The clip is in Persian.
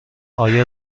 آیا